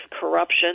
corruption